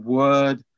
word